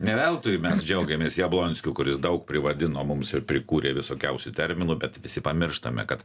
ne veltui mes džiaugiamės jablonskiu kuris daug privadino mums ir prikūrė visokiausių terminų bet visi pamirštame kad